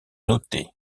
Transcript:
noter